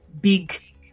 big